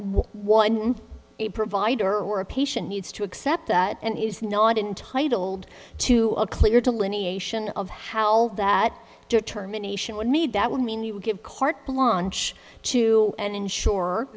one a provider or a patient needs to accept that and is not entitled to a clear delineation of how that determination would need that would mean you give carte blanche to an insure